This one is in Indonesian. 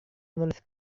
menulis